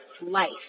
life